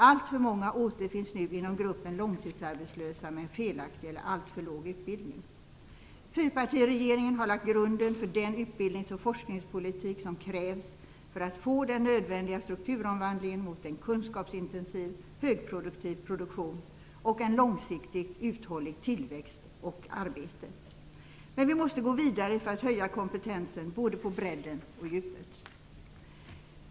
Alltför många återfinns nu inom gruppen långtidsarbetslösa med en felaktig eller alltför låg utbildning. Fyrpartiregeringen har lagt grunden för den utbildnings och forskningspolitik som krävs för att få den nödvändiga strukturomvandlingen mot en kunskapsintensiv, högproduktiv produktion och en långsiktigt uthållig tillväxt och arbete. Men vi måste gå vidare för att höja kompetensen på både bredden och djupet.